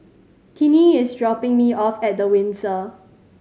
Tinnie is dropping me off at The Windsor